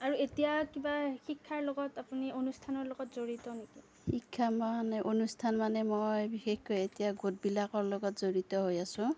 আৰু এতিয়া কিবা শিক্ষাৰ লগত আপুনি অনুষ্ঠানৰ লগত জড়িত নেকি শিক্ষা মানে অনুষ্ঠান মানে মই বিশেষকৈ এতিয়া গোটবিলাকৰ লগত জড়িত হৈ আছো